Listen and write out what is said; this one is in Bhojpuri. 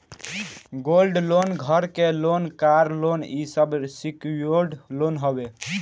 गोल्ड लोन, घर के लोन, कार लोन इ सब सिक्योर्ड लोन हवे